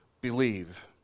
Believe